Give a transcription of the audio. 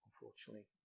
unfortunately